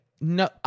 No